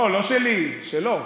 לא, לא שלי, שלו,